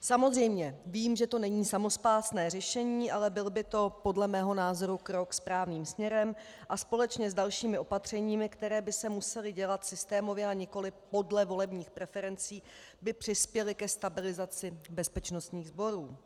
Samozřejmě vím, že to není samospásné řešení, ale byl by to podle mého názoru krok správným směrem a společně s dalšími opatřeními, která by se musela dělat systémově a nikoli podle volebních preferencí, by přispěly ke stabilizaci bezpečnostních sborů.